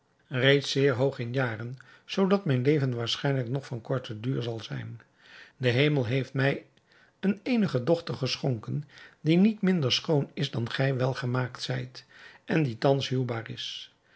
reeds zeer hoog in jaren zoodat mijn leven waarschijnlijk nog van korten duur zal zijn de hemel heeft mij eene eenige dochter geschonken die niet minder schoon is dan gij welgemaakt zijt en die thans huwbaar is